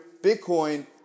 Bitcoin